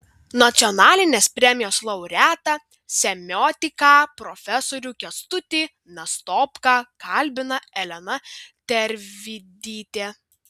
nacionalinės premijos laureatą semiotiką profesorių kęstutį nastopką kalbina elena tervidytė